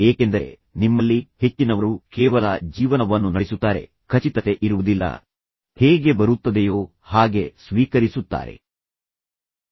ಏಕೆಂದರೆ ನಿಮ್ಮಲ್ಲಿ ಹೆಚ್ಚಿನವರು ಕೇವಲ ಜೀವನವನ್ನು ನಡೆಸುತ್ತಾರೆ ಆಟೋ ಪೈಲಟ್ ಮೋಡ್ ವಸ್ತುಗಳು ಬಂದಂತೆ ಅವುಗಳನ್ನು ತೆಗೆದುಕೊಳ್ಳುತ್ತಾರೆ ಖಚಿತತೆ ಇರುವುದಿಲ್ಲ ಹೇಗೆ ಬರುತ್ತದೆಯೋ ಹಾಗೆ ಸ್ವೀಕರಿಸುತ್ತಾರೆ ಆದರೆ ನಂತರ ನೀವು ನಿಮ್ಮ ಜೀವನದ ಹಾದಿಯನ್ನು ನಿರ್ಧರಿಸುವುದಿಲ್ಲ